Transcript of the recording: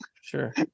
Sure